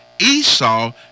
Esau